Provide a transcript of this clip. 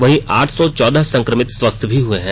वहीं आठ सौ चौदह संक्रमित स्वस्थ भी हुए है